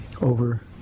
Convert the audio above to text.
over